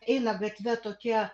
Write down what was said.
eina gatve tokie